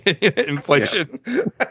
Inflation